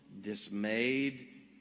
dismayed